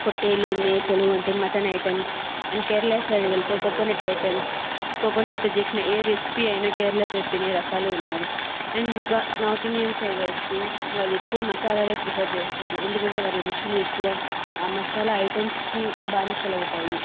పొట్టేలు మేకలు వంటి mutton items and Kerala side వెళ్తే కోకోనట్ ఐటమ్స్ కోకోనట్తో చేసిన ఏ రెసిపీ అయినా కేరళ సైడ్ తినే రకాలు ఉన్నారు అండ్ ఇంకా నార్త్ ఇండియన్స్ సైడ్ వస్తే వారు ఎక్కువ మసాలాలు ప్రిఫర్ చేస్తారు ఎందుకంటే వారి రుచులు ఎక్కువ మసాలా ఐటమ్స్కి బానిసలు అవుతారు